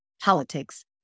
politics